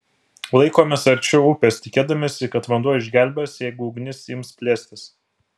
laikomės arčiau upės tikėdamiesi kad vanduo išgelbės jeigu ugnis ims plėstis